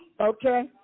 Okay